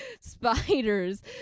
spiders